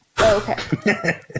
Okay